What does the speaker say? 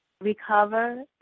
recover